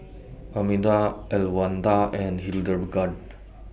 Arminda Elwanda and Hildegarde